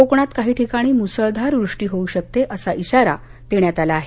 कोकणात काही ठिकाणी मुसळधार वृष्टी होऊ शकते असा इशारा देण्यात आला आहे